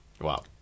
Wow